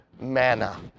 manna